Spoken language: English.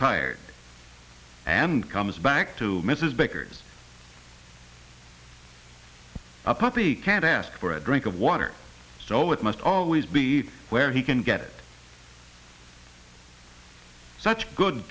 tired and comes back to mrs baker's a puppy can't ask for a drink of water so it must always be where he can get such good